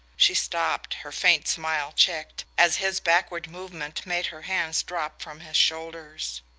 she stopped, her faint smile checked, as his backward movement made her hands drop from his shoulders.